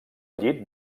llit